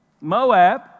Moab